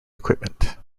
equipment